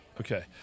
Okay